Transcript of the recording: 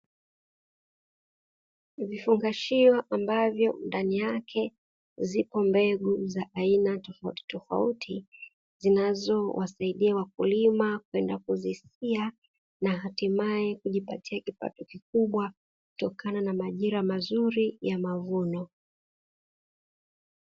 Vifungashio ambavyo ndani yake zipo mbegu za aina tofautitofauti ambazo zinazo wasaidia wakulima kwenda kuzisia na hatimaye kujipatia kipato kikubwa kutokana na majira mazuri ya mavuno.